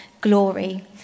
glory